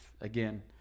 again